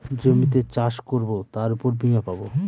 জমিতে চাষ করবো তার উপর বীমা পাবো